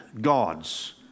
gods